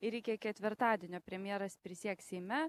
ir iki ketvirtadienio premjeras prisieks seime